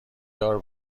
دار